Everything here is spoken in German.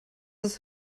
das